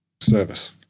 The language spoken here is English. service